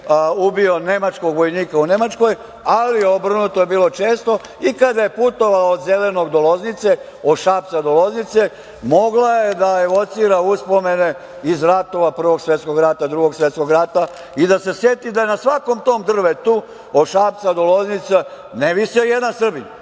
ubio nemačkog vojnika u Nemačkoj, ali obrnuto je bilo često i kada je putovala od zelenog do Loznice, od Šapca do Loznice, mogla je da evocira uspomene iz ratova, Prvog svetskog rata, Drugog svetskog rata, i da se seti da na svakom tom drvetu od Šapca do Loznice nije visio jedan Srbin,